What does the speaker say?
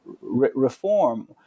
reform